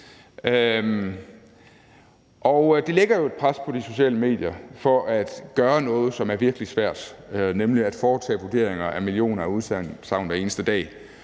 Det lægger jo et pres på de sociale medier for at gøre noget, som er virkelig svært, nemlig at foretage vurderinger af millioner af udsagn hver eneste dag.